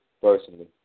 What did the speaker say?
personally